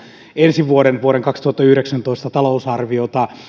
ensi vuoden vuoden kaksituhattayhdeksäntoista talousarviota